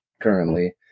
currently